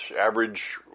Average